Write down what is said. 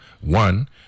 one